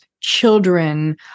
children